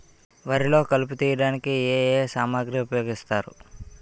వరిలో కలుపు తియ్యడానికి ఏ ఏ సామాగ్రి ఉపయోగిస్తారు?